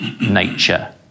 nature